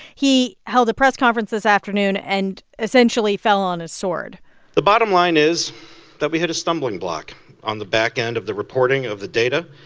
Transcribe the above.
he held a press conference this afternoon and essentially fell on his sword the bottom line is that we hit a stumbling block on the back end of the reporting of the data.